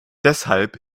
deshalb